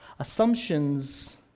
Assumptions